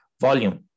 Volume